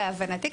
להבנתי,